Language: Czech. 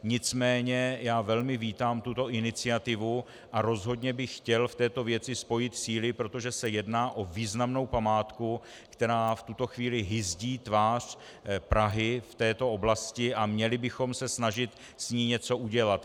Nicméně já velmi vítám tuto iniciativu a rozhodně bych chtěl v této věci spojit síly, protože se jedná o významnou památku, která v tuto chvíli hyzdí tvář Prahy v této oblasti, a měli bychom se snažit s ní něco udělat.